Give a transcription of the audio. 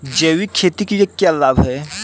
जैविक खेती के क्या लाभ हैं?